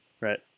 Right